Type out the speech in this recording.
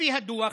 לפי הדוח,